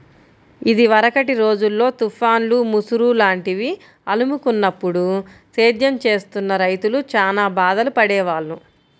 ఇదివరకటి రోజుల్లో తుఫాన్లు, ముసురు లాంటివి అలుముకున్నప్పుడు సేద్యం చేస్తున్న రైతులు చానా బాధలు పడేవాళ్ళు